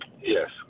Yes